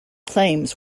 claims